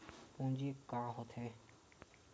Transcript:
पूंजी का होथे?